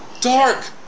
Dark